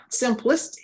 simplistic